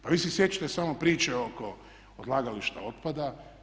Pa vi se sjećate samo priče oko odlagališta otpada.